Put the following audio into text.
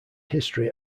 history